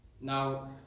Now